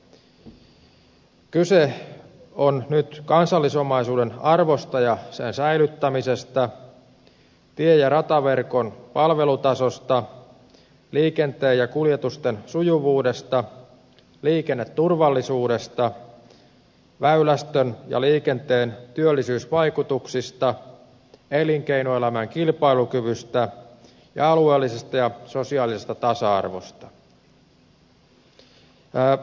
kyse on nyt kansallisomaisuuden arvosta ja sen säilyttämisestä tie ja rataverkon palvelutasosta liikenteen ja kuljetusten sujuvuudesta liikenneturvallisuudesta väylästön ja liikenteen työllisyysvaikutuksista elinkeinoelämän kilpailukyvystä ja alueellisesta ja sosiaalisesta tasa arvosta